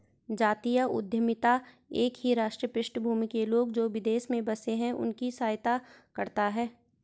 जातीय उद्यमिता एक ही राष्ट्रीय पृष्ठभूमि के लोग, जो विदेश में बसे हैं उनकी सहायता करता है